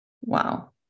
Wow